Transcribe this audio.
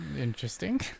Interesting